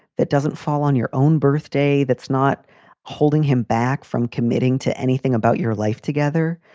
that doesn't fall on your own birthday. that's not holding him back from committing to anything about your life together.